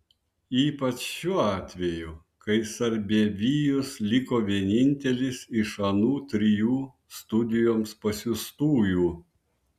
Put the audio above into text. ypač šiuo atveju kai sarbievijus liko vienintelis iš anų trijų studijoms pasiųstųjų